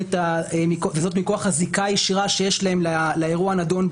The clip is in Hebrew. וזאת מכוח הזיקה הישירה שיש להם לאירוע הנדון.